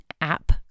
app